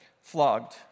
flogged